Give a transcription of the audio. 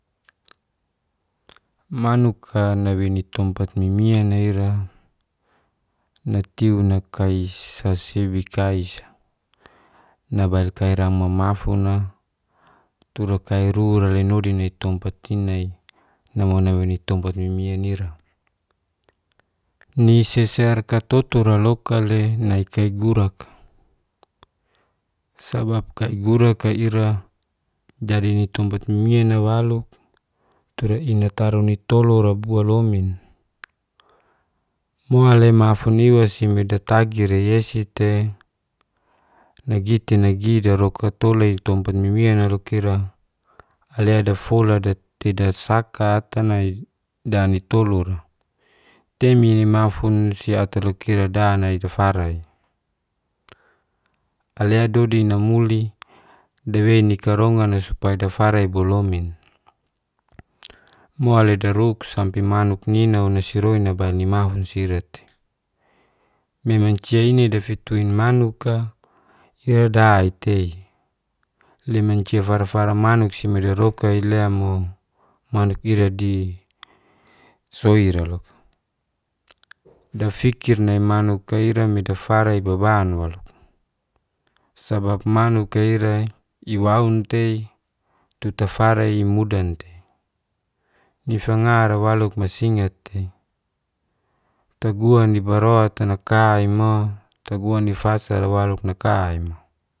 Manuk'a naweni tompat mimian nai'ra nateu nakaisasi wikais nabail kaira mamafuna turakairura linudini tompatina'i namonaweni tompat mimian ira. Niseserka tutura loka'le nai kaigurak', sabab kaiguraka ira jadini tompat mimiana walo tura ina taruni tolora bualomin. Moale ma'fun iwasime datagi reyesi'te, nagi te nagi daroka tola nitompat mimiana loka ira. alea dafola datidasakata nai danitolura tei nini ma'fun siatarukirada nai dafara'i alea dudu inamuli dewenikarongan'a supaya dafara'i bualomin. Moale daruk sampi manuk ninaonasiroin nabail nimahunsirat. memancia ini dafit tuin manuk'ka ira dai'te limancia fara-fara manuk simedarokai'lea mo manuk ira di soi'ra loka. Dafikir nai manuk i'ra medafarei baban walo, sabab manuk'a ira iwawun'te tutafaraimudan'te nifangara walo masingat'te taguanibarot'a naka'i mo taguanifasara walo naka'i mo.